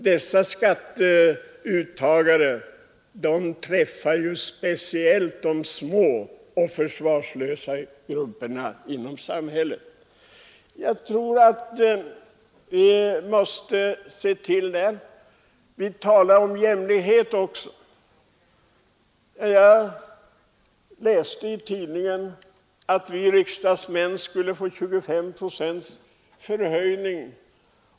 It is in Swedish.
Dessa ”skatteuttagare” träffar ju speciellt de små och försvarslösa människorna i samhället. Det talas så mycket om jämlikhet. Jag läste i tidningen att vi riksdagsmän skulle få 25 procents löneförhöjning.